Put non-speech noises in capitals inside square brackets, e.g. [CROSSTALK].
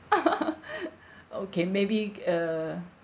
[LAUGHS] okay maybe uh